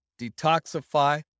detoxify